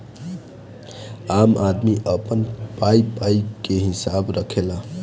आम आदमी अपन पाई पाई के हिसाब रखेला